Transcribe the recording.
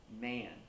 man